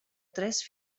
tres